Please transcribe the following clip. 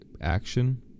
action